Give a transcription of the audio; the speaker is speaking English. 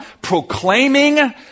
proclaiming